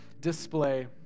display